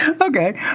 Okay